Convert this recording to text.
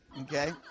Okay